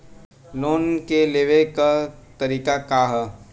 Loan के लेवे क तरीका का ह?